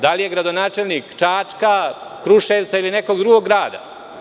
Da li je to gradonačelnik Čačka, Kruševca ili nekog drugog grada?